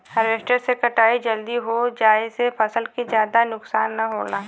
harvester से कटाई जल्दी हो जाये से फसल के जादा नुकसान न होला